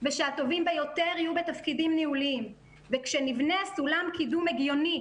ושהטובים ביותר יהיו בתפקידים ניהוליים וכשנבנה סולם קידום הגיוני